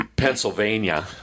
Pennsylvania